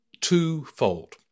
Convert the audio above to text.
twofold